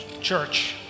Church